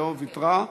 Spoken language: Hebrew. לא, ויתרה.